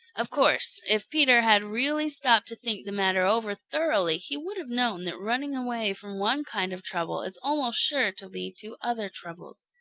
of course if peter had really stopped to think the matter over thoroughly he would have known that running away from one kind of trouble is almost sure to lead to other troubles.